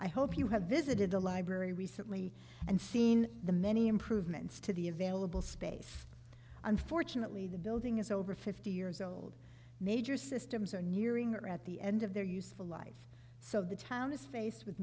i hope you have visited the library recently and seen the many improvements to the available space unfortunately the building is over fifty years old major systems are nearing or at the end of their useful life so the town is faced with